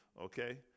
Okay